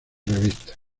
revistas